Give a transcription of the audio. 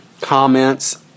comments